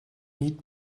need